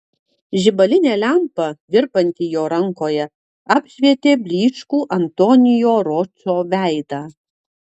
žibalinė lempa virpanti jo rankoje apšvietė blyškų antonio ročo veidą